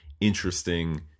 interesting